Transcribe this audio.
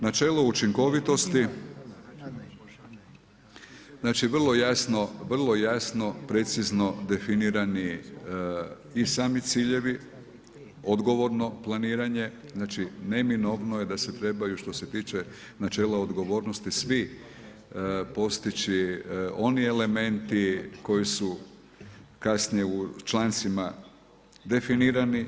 Načelo učinkovitosti znači vrlo jasno, precizno definirani i sami ciljevi, odgovorno planiranje, znači neminovno da se trebaju što se tiče načela odgovornosti svi postići oni elementi koji su kasnije u člancima definirani.